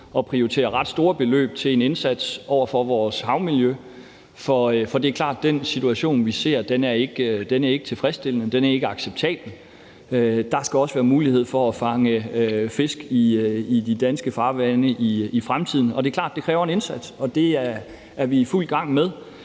at prioritere ret store beløb til en indsats for vores havmiljø. For det er klart, at den situation, vi ser, ikke er tilfredsstillende og ikke er acceptabel. Der skal også være mulighed for at fange fisk i de danske farvande i fremtiden, og det er klart, at det kræver en indsats, og den er vi i fuld gang med